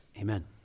Amen